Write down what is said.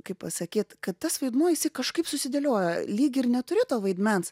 kaip pasakyt kad tas vaidmuo jisai kažkaip susidėlioja lyg ir neturi to vaidmens